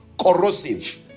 corrosive